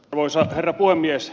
arvoisa herra puhemies